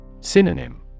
Synonym